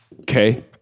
Okay